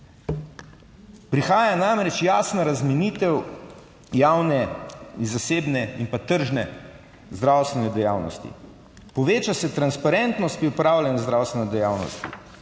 Prihaja namreč jasna razmejitev javne in zasebne in tržne zdravstvene dejavnosti, poveča se transparentnost pri upravljanju zdravstvene dejavnosti,